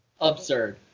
Absurd